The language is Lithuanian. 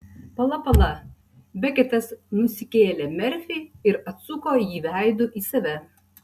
pala pala beketas nusikėlė merfį ir atsuko jį veidu į save